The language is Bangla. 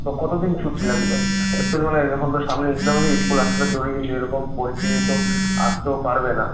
কতদিন ছুটি লাগবে এপ্রিল মানে এখন তো সামনে এক্সাম আছে স্কুল আসলে দুদিন যেরকম পরিস্থিতি তো আসতেও পারবে না